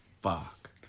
Fuck